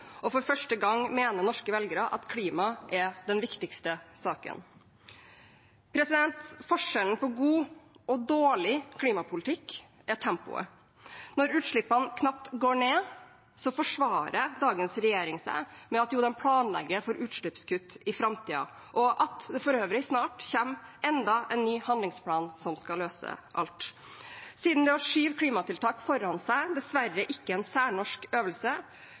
og for første gang mener norske velgere at klima er den viktigste saken. Forskjellen på god og dårlig klimapolitikk er tempoet. Når utslippene knapt går ned, forsvarer dagens regjering seg med at de planlegger for utslippskutt i framtiden, og at det for øvrig snart kommer enda en ny handlingsplan som skal løse alt. Siden det å skyve klimatiltak foran seg dessverre ikke er en særnorsk øvelse,